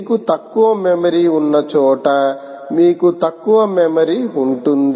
మీకు తక్కువ మెమరీ ఉన్న చోట మీకు తక్కువ మెమరీ ఉంటుంది